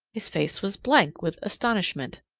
his face was blank with astonishment.